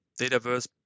Dataverse